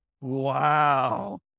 Wow